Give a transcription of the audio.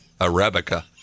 Arabica